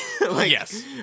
Yes